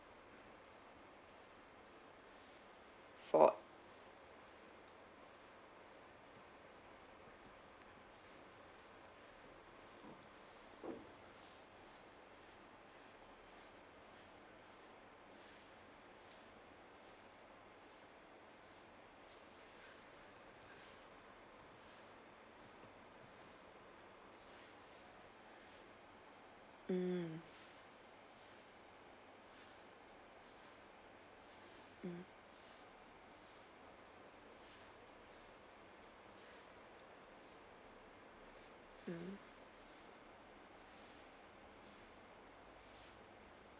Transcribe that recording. four mm mm mmhmm